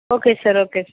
okay sir okay sir